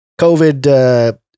COVID